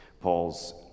Paul's